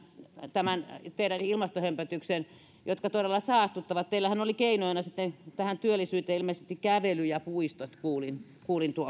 tämän teidän ilmastohömpötyksenne jotka todella saastuttavat teillähän oli keinoina sitten tähän työllisyyteen ilmeisesti kävely ja puistot kuulin kuulin